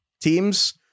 teams